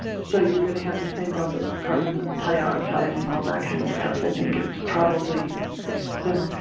so you're gonna have the same buildup of carbon dioxide and all that kinda stuff. i think it's probably similar.